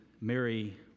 Mary